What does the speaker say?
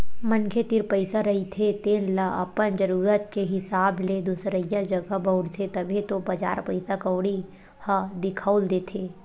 मनखे तीर पइसा रहिथे तेन ल अपन जरुरत के हिसाब ले दुसरइया जघा बउरथे, तभे तो बजार पइसा कउड़ी ह दिखउल देथे